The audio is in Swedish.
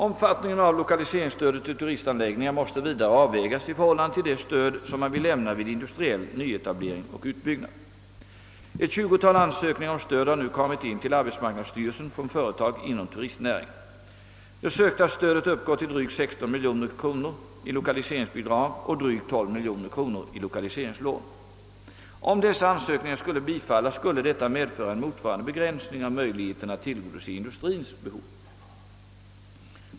Omfattningen av lokaliseringsstödet till turistanläggningar måste vidare avvägas i förhållande till det stöd som man vill lämna vid industriell nyetablering och utbyggnad. Ett 20-tal ansökningar om stöd har nu kommit in till arbetsmarknadsstyrelsen från företag inom turistnäringen. Det sökta stödet uppgår till drygt 16 milj.kr. i lokaliseringsbidrag och drygt 12 milj.kr. i lokaliseringslån. Om dessa ansökningar skulle bifallas skulle detta medföra en motsvarande begränsning av möjligheterna att tillgodose industriens behov.